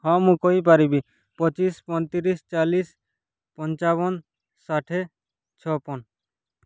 ହଁ ମୁଁ କହିପାରିବି ପଚିଶ ପଇଁତିରିଶ ଚାଳିଶ ପଞ୍ଚାବନ ଷାଠିଏ ଛପନ